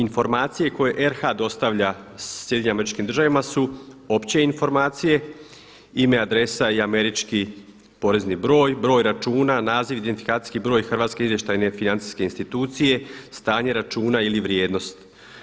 Informacije koje RH dostavlja SAD-u su opće informacije, ime, adresa i američki porezni broj, broj računa, naziv, identifikacijski broj Hrvatske izvještajne financijske institucije, stanje računa ili vrijednost.